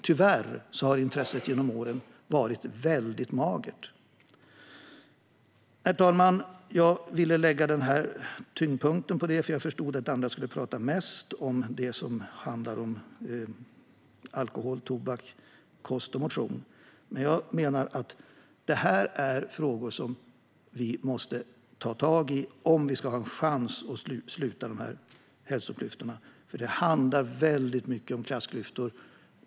Tyvärr har intresset genom åren varit mycket magert. Herr talman! Jag ville lägga tyngdpunkten på detta, eftersom jag förstod att andra skulle tala mest om det som handlar om alkohol, tobak, kost och motion. Men jag menar att detta är frågor som vi måste ta tag i om vi ska ha en chans att sluta dessa hälsoklyftor. Det handlar nämligen väldigt mycket om klassklyftor.